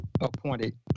appointed